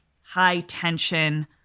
high-tension